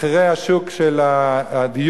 מחירי השוק של הדיור,